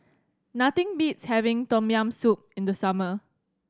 nothing beats having Tom Yam Soup in the summer